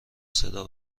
صدا